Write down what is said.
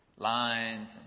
Lines